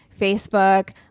Facebook